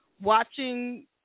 watching